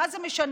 מה זה משנה?